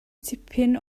tipyn